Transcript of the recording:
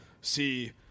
see